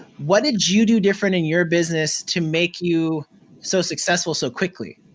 what did you do different in your business to make you so successful so quickly?